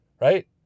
right